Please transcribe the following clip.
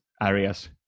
areas